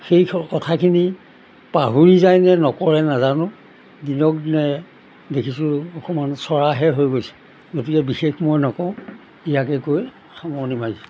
সেই কথাখিনি পাহৰি যায় নে নকৰে নাজানো দিনক দিনে দেখিছোঁ অকণমান চৰাহে হৈ গৈছে গতিকে বিশেষ মই নকওঁ ইয়াকে কৈ সামৰণি মাৰিছোঁ